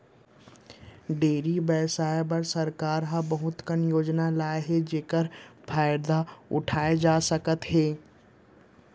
dairy बेवसाय बर सरकार ह बहुत कन योजना लाए हे जेकर फायदा उठाए जा सकत हे